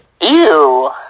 Ew